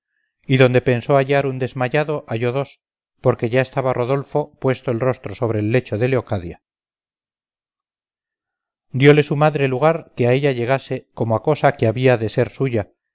y donde pensó hallar un desmayado halló dos porque ya estaba rodolfo puesto el rostro sobre el pecho de leocadia diole su madre lugar que a ella llegase como a cosa que había de ser suya